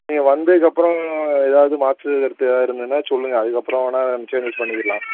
நீங்கள் வந்ததுக்கு அப்புறம் எதாவது மாற்று கருத்து எதா இருந்ததுன்னா சொல்லுங்க அதுக்கப்புறம் வேணுணா சேஞ்ச்சஸ் பண்ணிக்கிலாம்